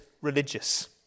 religious